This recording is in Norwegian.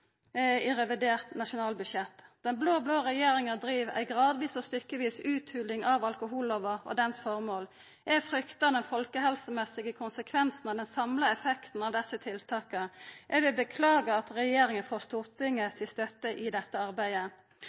i revidert nasjonalbudsjett. Den blå-blå regjeringa driv ei gradvis og stykkevis utholing av alkohollova og formålet med lova. Eg fryktar den folkehelsemessige konsekvensen av den samla effekten av desse tiltaka. Eg vil beklaga at regjeringa får støtte frå Stortinget i dette arbeidet.